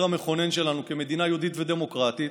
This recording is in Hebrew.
המכונן שלנו כמדינה יהודית ודמוקרטית,